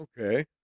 Okay